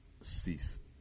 ceased